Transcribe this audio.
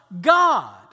God